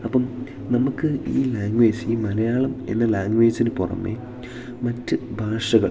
അപ്പം നമുക്ക് ഈ ലാംഗ്വേജ് ഈ മലയാളം എന്ന ലാംഗ്വേജിനു പുറമേ മറ്റ് ഭാഷകൾ